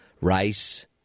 rice